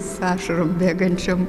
su ašarom bėgančiom